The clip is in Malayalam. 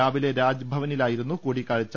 രാവിലെ രാജ്ഭവനിലായിരുന്നു കൂടി ക്കാഴ്ച